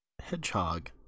hedgehog